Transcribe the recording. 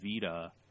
Vita